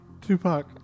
Tupac